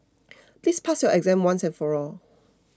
please pass your exam once and for all